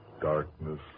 Darkness